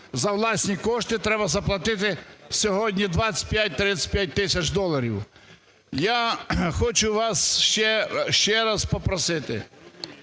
за власні кошти, треба заплатити сьогодні 25-35 тисяч доларів. Я хочу вас ще раз попросити,